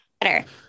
Better